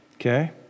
okay